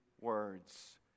words